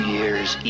Year's